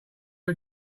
who